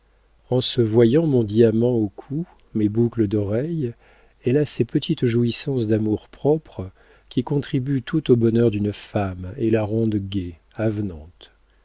en se voyant mon diamant au cou mes boucles d'oreilles elle a ces petites jouissances d'amour-propre qui contribuent tant au bonheur d'une femme et la rendent gaie avenante